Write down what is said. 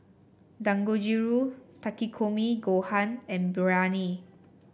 Dangojiru Takikomi Gohan and Biryani